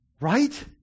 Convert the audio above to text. Right